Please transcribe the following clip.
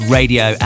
radio